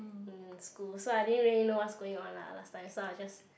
in school so I didn't really know what's going on lah last time so I just